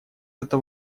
это